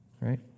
right